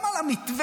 גם על המתווה